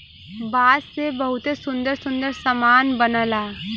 बांस से बहुते सुंदर सुंदर सामान बनला